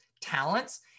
talents